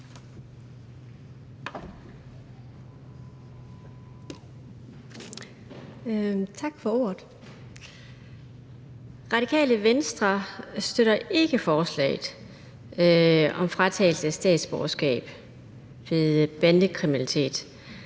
Radikale Venstre støtter ikke forslaget om fratagelse af statsborgerskab ved bandekriminalitet.